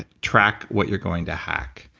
track what you're going to hack.